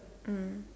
mm